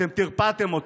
אתם טרפדתם אותו.